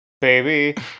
Baby